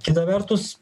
kita vertus